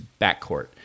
backcourt